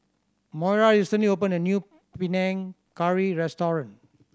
Moira recently opened a new Panang Curry restaurant